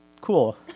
cool